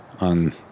on